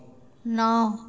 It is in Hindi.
नौ